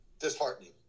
disheartening